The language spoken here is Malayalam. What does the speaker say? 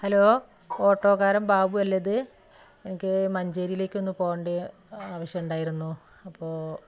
ഹാലോ ഓട്ടോക്കാരൻ ബാബു അല്ലേ ഇത് എനിക്ക് മഞ്ചേരിലേക്കൊന്ന് പോവേണ്ട ആവശ്യം ഉണ്ടായിരുന്നു അപ്പോള്